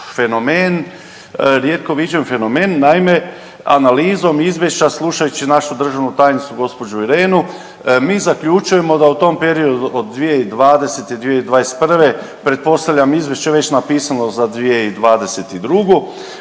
rijetko viđen fenomen. Naime, analizom izvješća slušajući našu državnu tajnicu gđu. Irenu mi zaključujemo da u tom periodu od 2020.-2021. pretpostavljam izvješće već napisano za 2022.,